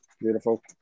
Beautiful